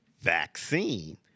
vaccine